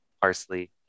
parsley